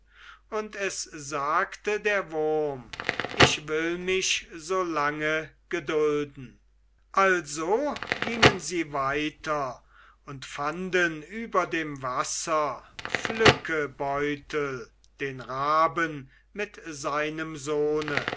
und es sagte der wurm ich will mich so lange gedulden also gingen sie weiter und fanden über dem wasser pflückebeutel den raben mit seinem sohne